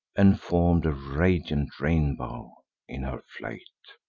and form'd a radiant rainbow in her flight.